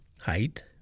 height